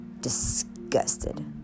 Disgusted